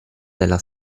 della